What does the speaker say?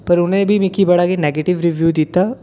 पर उ'नें बी मिगी बड़ा गै नेगिटव गै रिव्यू दित्ता